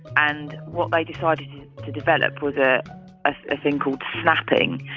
and what they decided to develop was a ah thing called snapping,